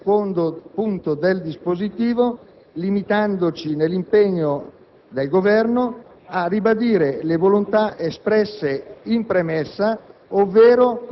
relazione al secondo punto del dispositivo il Senato non può tornare ad assumere decisioni sulle quali si è già espresso.